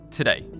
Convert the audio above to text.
Today